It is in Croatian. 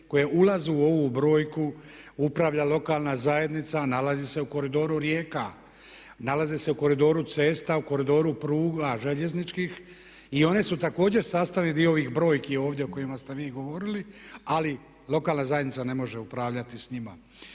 koje ulaze u ovu brojku upravlja lokalna zajednica a nalaze se u koridoru rijeka, nalaze se u koridoru cesta, u koridoru pruga željezničkih i one su također sastavni dio ovih brojki ovdje o kojima ste vi govorili ali lokalna zajednica ne može upravljati s njima.